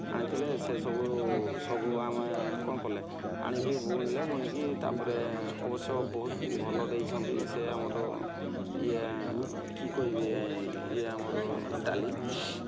ଆଣିଥିଲେ ସେସବୁ ସବୁ ଆମେ କ'ଣ କଲେ ଆଣିକି ବୁଣିଲେ ବୁଣିକି ତା'ପରେ ଅବଶ୍ୟ ଭଲ ଦେଇଛନ୍ତି ସେ ଆମର ଇଏ କି କହିବି ଇଏ ଆମର ଡାଲି